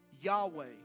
Yahweh